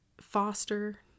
foster